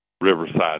riverside